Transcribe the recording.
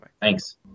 Thanks